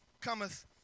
cometh